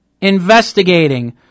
investigating